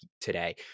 today